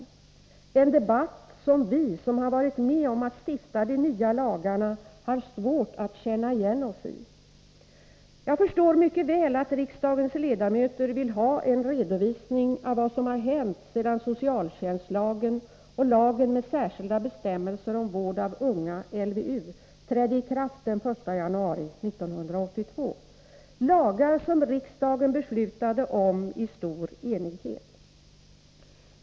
Det är en debatt som vi som har varit med om att stifta de nya lagarna har svårt att känna igen oss i. Jag förstår mycket väl att riksdagens ledamöter vill ha en redovisning av vad som har hänt sedan socialtjänstlagen och lagen med särskilda bestämmelser om vård av unga trädde i kraft den 1 januari 1982, lagar som riksdagen beslutade om i stor enighet.